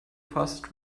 fastest